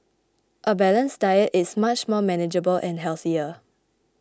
a balanced diet is much more manageable and healthier